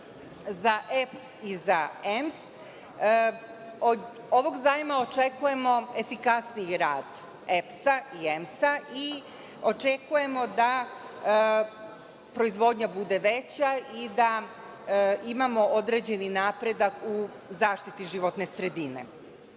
za EPS i za EMS, od ovog zajma očekujemo efikasniji rad EPS-a i EMS-a i očekujemo da proizvodnja bude veća i da imamo određeni napredak u zaštiti životne sredine.